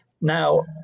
Now